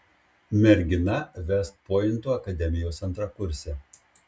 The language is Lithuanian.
mergina vest pointo akademijos antrakursė